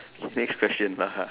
next question lah